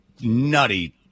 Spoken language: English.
nutty